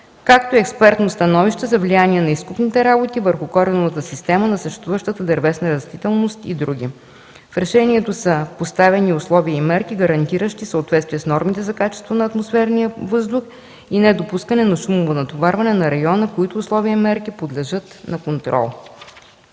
както и експертно становище за влияние на изкопните работи върху кореновата система на съществуващата дървесна растителност и други. В решението са поставени условия и мерки, гарантиращи съответствие с нормите за качество на атмосферния въздух и недопускане силно натоварване на района, които условия и мерки подлежат на контрол.